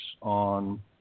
on